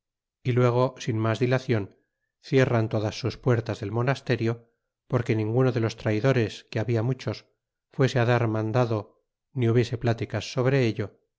y juego sin mas dilacion cierran todas sus puertas del monasterio porque ninguno de los traidores que habla muchos fuesen dar mandado ni hubiese pláticas sobre ello